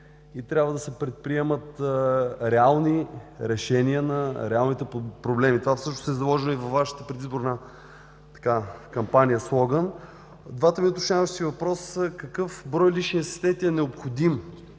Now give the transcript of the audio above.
и трябва да се предприемат реални решения на реалните проблеми. Това всъщност е заложено и във Вашата предизборна кампания, слоган. Двата ми уточняващи въпроса са: какъв брой лични асистенти е необходим